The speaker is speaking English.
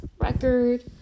record